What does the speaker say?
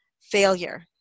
failure